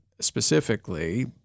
specifically